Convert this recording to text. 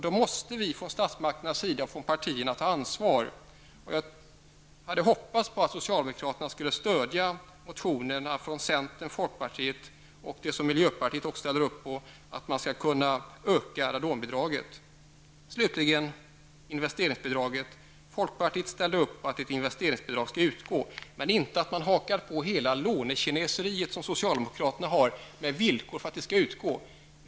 Då måste vi från statsmakternas och partiernas sida ta ansvar. Jag hade hoppats att socialdemokraterna skulle stödja motionerna från centern och folkpartiet. Även miljöpartiet ställer upp på att man skall kunna öka radonbidraget. När det gäller investeringsbidraget ställde folkpartiet upp på att det skall utgå, men inte att man hakar på hela det lånekineseri som socialdemokraterna har med villkor för att det skall utgå.